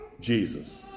Jesus